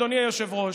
אדוני היושב-ראש,